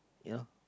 you know